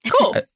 cool